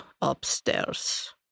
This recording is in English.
upstairs